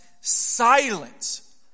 silence